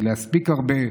ולהספיק הרבה,